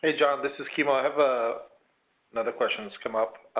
ah john. this is kimo. i have ah another questions come up.